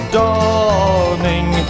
dawning